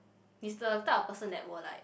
he's the type of person that will like